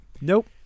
Nope